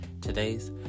today's